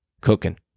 cooking